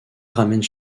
ramènent